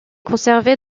conservée